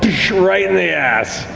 right in the ass.